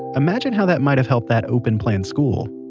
imagine how that might have helped that open-plan school.